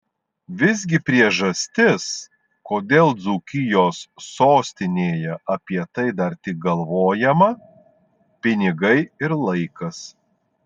visgi priežastis kodėl dzūkijos sostinėje apie tai dar tik galvojama pinigai ir laikas